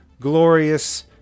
glorious